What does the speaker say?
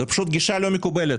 זו גישה לא מקובלת.